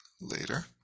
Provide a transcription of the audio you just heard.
later